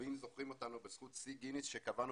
רבים זוכרים אותנו בזכות שיא גינס שקבענו